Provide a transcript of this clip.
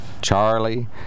Charlie